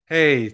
Hey